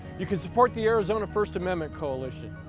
you can support the arizona first amendment coalition,